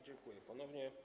Dziękuję ponownie.